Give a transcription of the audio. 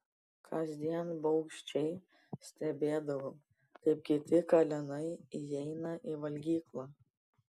kasdien baugščiai stebėdavau kaip kiti kalenai įeina į valgyklą